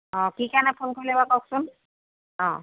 অঁ কি কাৰণে ফোন কৰিলে বাৰু কওকচোন অঁ